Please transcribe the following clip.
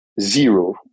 zero